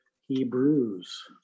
Hebrews